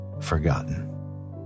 forgotten